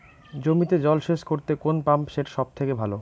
জমিতে জল সেচ করতে কোন পাম্প সেট সব থেকে ভালো?